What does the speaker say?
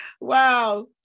Wow